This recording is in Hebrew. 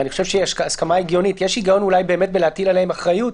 יש היגיון אולי בלהטיל עליהם אחריות,